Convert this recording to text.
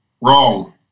wrong